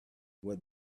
what